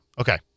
Okay